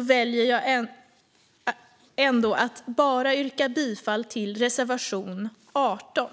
väljer jag att yrka bifall bara till reservation 18.